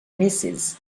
misses